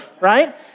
right